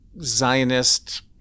Zionist